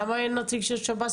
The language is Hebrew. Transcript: למה אין נציג של שב"ס?